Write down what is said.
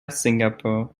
singapore